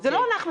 זה לא אנחנו.